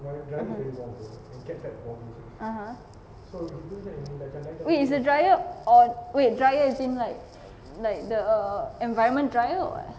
(uh huh) wait it's a dryer or dryer as in like like the environment dryer or what